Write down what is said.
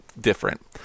different